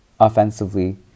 offensively